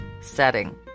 setting